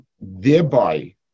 thereby